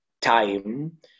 time